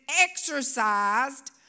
exercised